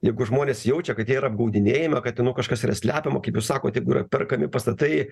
jeigu žmonės jaučia kad jie yra apgaudinėjami kad nu kažkas yra slepiama kaip jūs sakot jeigu yra perkami pastatai